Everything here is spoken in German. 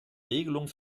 regelung